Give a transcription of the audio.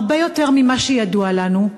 הרבה יותר ממה שידוע לנו,